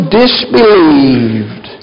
disbelieved